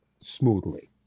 smoothly